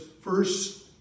first